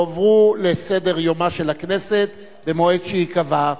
הועברו לסדר-יומה של הכנסת במועד שייקבע.